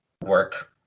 work